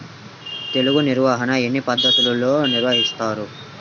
తెగులు నిర్వాహణ ఎన్ని పద్ధతులలో నిర్వహిస్తారు?